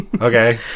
Okay